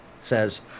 says